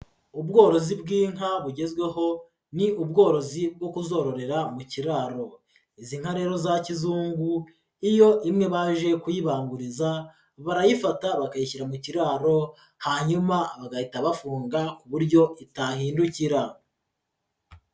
Ubworozi bw'inka bugezweho ni ubworozi bwo kuzororera mu kiraro, izi nka rero za kizungu iyo imwe baje kuyibanguriza barayifata bakayishyira mu kiraro, hanyuma bagahita bafunga ku buryo itahindukira.